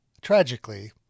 Tragically